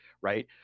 right